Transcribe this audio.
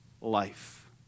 life